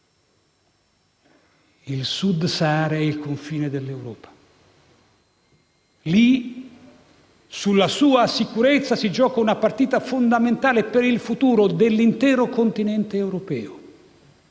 Il Sub-Sahara è il confine dell'Europa. Sulla sua sicurezza si gioca una partita fondamentale per il futuro dell'intero continente europeo.